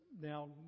now